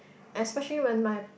especially when my